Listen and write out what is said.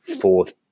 fourth